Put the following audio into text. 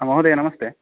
महोदय नमस्ते